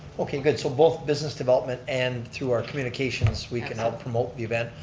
okay good, so both business development and through our communications we can help promote the event.